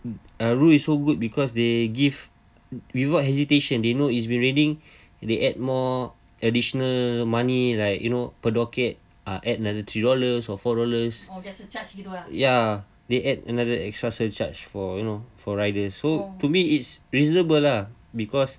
roo is is so good because they give without hesitation they know it's been raining they add more additional money like you know per docket uh add another three dollars or four dollars ya they add another extra surcharge for you know for riders so to me it's reasonable lah because